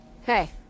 Hey